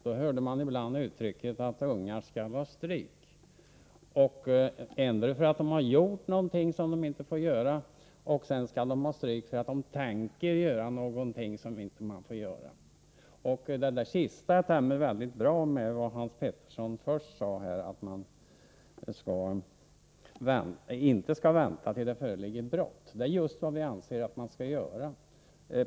Då hörde man ibland uttrycket att ungar skall ha stryk, endera för att de har gjort något som de inte får göra eller för att de tänker göra något som de inte får göra. Det sista stämmer bra med vad Hans Pettersson i Helsingborg först sade, nämligen att man inte skall vänta tills det föreligger brott. Det är just vad vi anser att man skall göra.